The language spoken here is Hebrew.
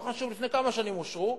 לא חשוב לפני כמה שנים אושרו,